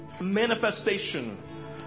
manifestation